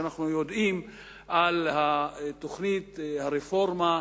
כשאנחנו יודעים על תוכנית הרפורמה,